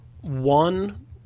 one